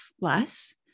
less